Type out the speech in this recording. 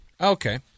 Okay